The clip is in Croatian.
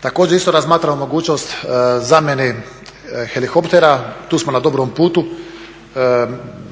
Također isto razmatramo mogućnost zamjene helikoptera, tu smo na dobrom putu.